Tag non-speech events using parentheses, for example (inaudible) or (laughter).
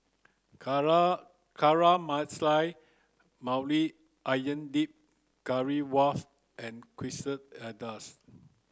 (unintelligible) Caramelized Maui Onion Dip Currywurst and Quesadillas